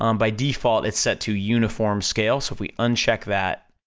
um by default it's set to uniform scale, so if we uncheck that,